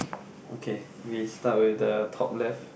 okay we start with the top left